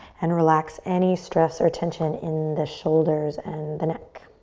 and relax any stress or tension in the shoulders and the neck.